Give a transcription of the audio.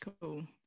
Cool